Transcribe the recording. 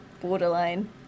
borderline